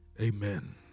amen